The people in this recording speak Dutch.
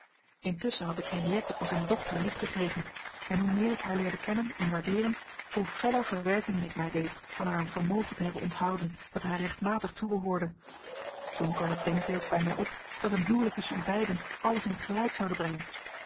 intusschen had ik henriëtte als een dochter liefgekregen en hoe meer ik haar leerde kennen en waardeeren hoe feller verwijtingen ik mij deed van haar een vermogen te hebben onthouden dat haar rechtmatig toebehoorde toen kwam het denkbeeld bij mij op dat een huwelijk tusschen u beiden alles in t gelijk zoude brengen